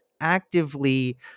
actively